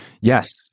Yes